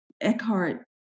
Eckhart